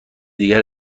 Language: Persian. دیگر